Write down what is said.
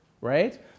right